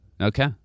Okay